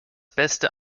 beste